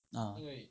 ah